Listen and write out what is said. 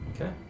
okay